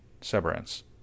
severance